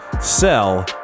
sell